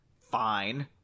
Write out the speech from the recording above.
Fine